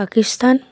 Pakistan